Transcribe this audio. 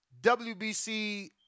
WBC